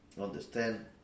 understand